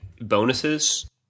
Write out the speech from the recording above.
bonuses